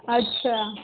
అచ్చా